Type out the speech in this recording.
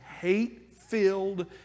hate-filled